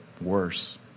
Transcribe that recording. worse